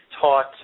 taught